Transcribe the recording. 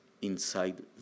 inside